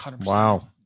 Wow